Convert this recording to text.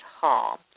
Hall